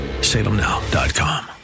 SalemNow.com